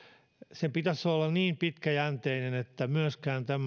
sen pitäisi olla niin pitkäjänteinen että myöskään